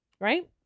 Right